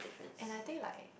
and I think like